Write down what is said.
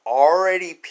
already